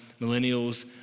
millennials